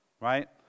right